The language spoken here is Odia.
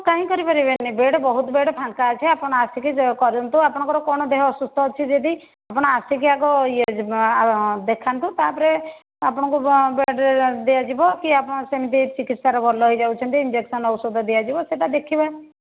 କାହିଁ କରିପାରିବେନି ବେଡ଼୍ ବହୁତ ବେଡ଼୍ ଫାଙ୍କା ଅଛି ଆପଣ ଆସିକି କରନ୍ତୁ ଆପଣଙ୍କର କ'ଣ ଦେହ ଅସୁସ୍ଥ ଅଛି ଯଦି ଆପଣ ଆସିକି ଆଗ ଇୟେ ଦେଖାନ୍ତୁ ତା'ପରେ ଆପଣଙ୍କୁ ବେଡ଼୍ରେ ଦିଆଯିବ କି ଆପଣ ସେମିତି ଚିକିତ୍ସାରେ ଭଲ ହୋଇ ଯାଉଛନ୍ତି ଇଞ୍ଜେକ୍ସନ୍ ଔଷଧ ଦିଆଯିବ ସେଇଟା ଦେଖିବା